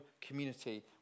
community